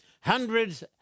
hundreds